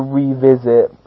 revisit